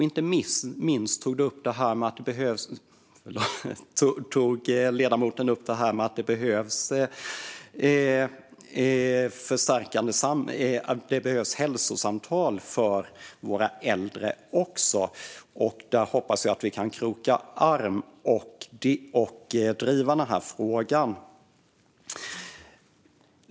Inte minst tog ledamoten upp att det behövs hälsosamtal också för våra äldre. Jag hoppas att vi kan kroka arm och driva den frågan.